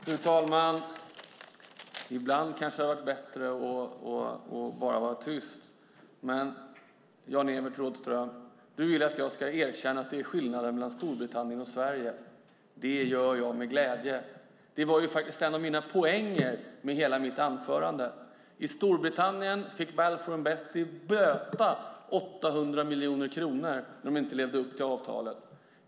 Fru talman! Ibland kanske det hade varit bättre att bara vara tyst. Jan-Evert Rådhström! Du vill att jag ska erkänna att det är skillnad mellan Storbritannien och Sverige. Det gör jag med glädje. Det var en av mina poänger i mitt anförande. I Storbritannien fick Balfour Beatty böta 800 miljoner kronor när de inte levde upp till avtalet.